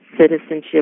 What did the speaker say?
citizenship